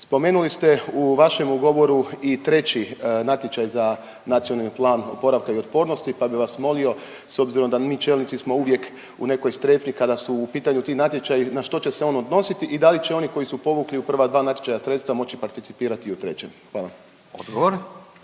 Spomenuli ste u vašem ugovoru i treći natječaj za Nacionalni plan oporavka i otpornosti pa bih vas molio s obzirom da mi čelnici smo uvijek u nekoj strepnji kada su u pitanju ti natječaji na što će se on odnositi i da li će oni koji su povukli u prva dva natječaja sredstva moći participirati i u trećem. Hvala.